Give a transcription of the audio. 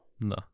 No